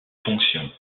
fonction